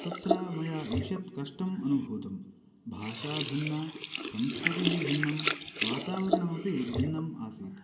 तत्र मया ईशत् कष्टम् अनुभूतम् भाषा भिन्ना संस्कृतिः भिन्नम् वातावरणमपि भिन्नम् आसीत्